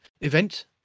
event